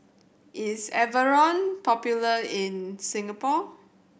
is Enervon popular in Singapore